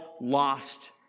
lost